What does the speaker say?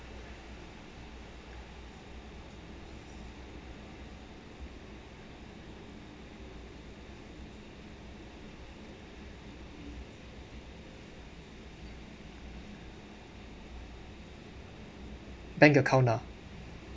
bank account ah